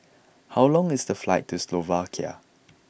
how long is the flight to Slovakia